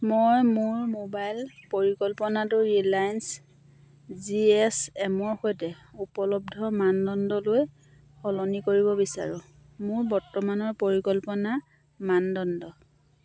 মই মোৰ মোবাইল পৰিকল্পনাটো ৰিলায়েন্স জি এছ এমৰ সৈতে উপলব্ধ মানদণ্ডলৈ সলনি কৰিব বিচাৰোঁ মোৰ বৰ্তমানৰ পৰিকল্পনা মানদণ্ড